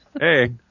Hey